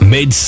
Mid